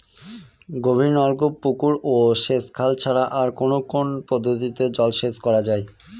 গভীরনলকূপ পুকুর ও সেচখাল ছাড়া আর কোন কোন পদ্ধতিতে জলসেচ করা যায়?